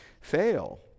fail